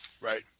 Right